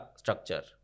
structure